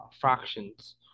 fractions